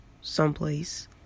someplace